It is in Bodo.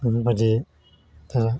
नोंबायदि दा